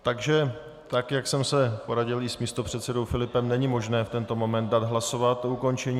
Takže tak jak jsem se poradil i s místopředsedou Filipem, není možné v tento moment dát hlasovat o ukončení.